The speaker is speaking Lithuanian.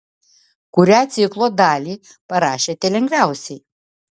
kurią ciklo dalį parašėte lengviausiai